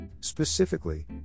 specifically